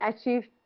achieve